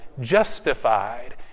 justified